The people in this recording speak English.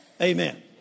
amen